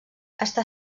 està